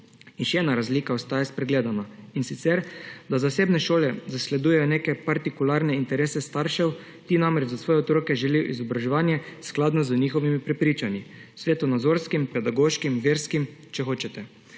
In še ena razlika ostaja spregledana, in sicer da zasebne šole zasledujejo neke partikularne interese staršev, ti namreč za svoje otroke želijo izobraževanje, skladno z njihovimi prepričanji, svetovnonazorskim, pedagoškim, verskim, če hočete.